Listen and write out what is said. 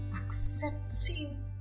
accepting